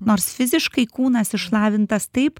nors fiziškai kūnas išlavintas taip